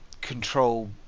Control